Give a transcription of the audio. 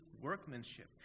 workmanship